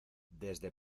desde